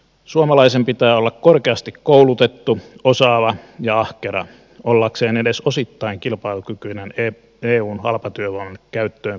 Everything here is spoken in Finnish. suomalaisen pitää olla korkeasti koulutettu osaava ja ahkera ollakseen edes osittain kilpailukykyinen eun halpatyövoiman käyttöön perustuvilla työmarkkinoilla